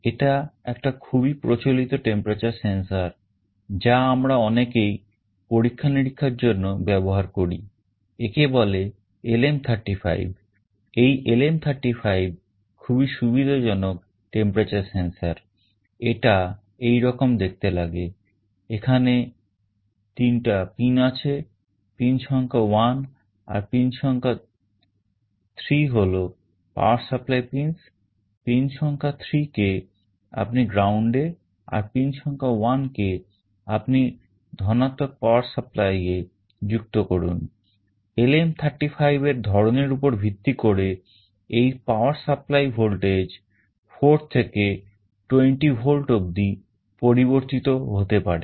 এটা একটা খুবই প্রচলিত temperature sensor যা আমরা অনেকেই পরীক্ষা নিরীক্ষার power supply এ যুক্ত করুন LM 35এর ধরনের উপর ভিত্তি করে এই power supply voltage 4 থেকে 20 volt অবধি পরিবর্তিত হতে পারে